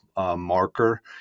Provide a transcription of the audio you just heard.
marker